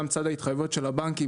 גם צד ההתחייבויות של הבנקים,